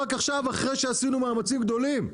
רק עכשיו, אחרי שעשינו מאמצים גדולים.